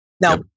Now